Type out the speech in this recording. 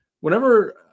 whenever